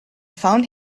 found